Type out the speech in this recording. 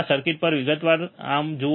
આ સર્કિટ પર વિગતવાર અમ જુઓ